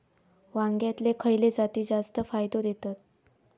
वांग्यातले खयले जाती जास्त फायदो देतत?